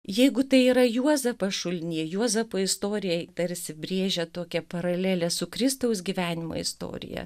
jeigu tai yra juozapas šulinyje juozapo istorija tarsi brėžia tokią paralelę su kristaus gyvenimo istorija